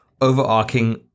overarching